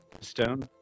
Stone